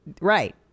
right